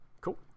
cool